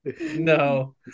No